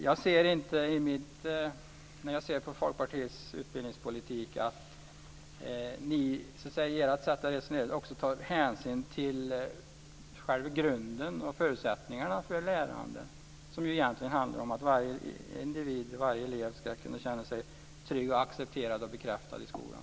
Jag ser inte att Folkpartiet med sitt sätt att resonera om utbildningspolitik tar hänsyn till själva grunden och förutsättningarna för lärandet, som egentligen handlar om att varje individ, varje elev ska känna sig trygg, accepterad och bekräftad i skolan.